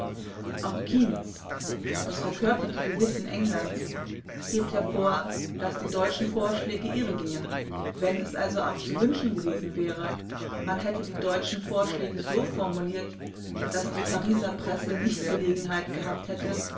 auch keynes das verkörperte gewissen englands hebt hervor daß die deutschen vorschläge irregingen wenn es also auch zu wünschen gewesen wäre man hätte die deutschen vorschläge so formuliert daß die pariser presse nicht gelegenheit gehabt hätte